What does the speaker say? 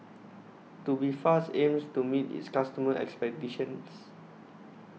Tubifast aims to meet its customers' expectations